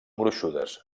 gruixudes